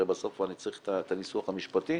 הרי בסוף אני צריך את הניסוח המשפטי,